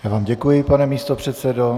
Já vám děkuji, pane místopředsedo.